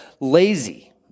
lazy